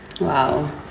Wow